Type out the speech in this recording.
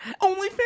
OnlyFans